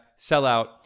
sellout